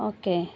okay